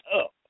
up